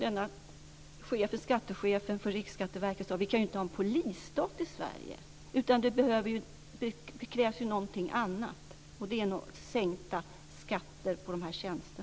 Men, som skattechefen på Riksskatteverket sade, vi kan ju inte ha en polisstat i Sverige, utan det krävs ju någonting annat, och det är sänkta skatter på dessa tjänster.